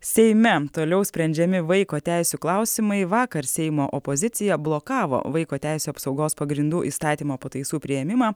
seime toliau sprendžiami vaiko teisių klausimai vakar seimo opozicija blokavo vaiko teisių apsaugos pagrindų įstatymo pataisų priėmimą